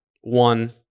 one